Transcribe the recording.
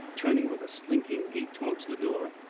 turning with a slinking gait towards the door.